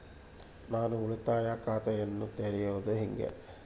ನಾನು ಉಳಿತಾಯ ಖಾತೆಯನ್ನ ತೆರೆಯೋದು ಹೆಂಗ?